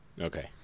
Okay